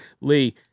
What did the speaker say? Lee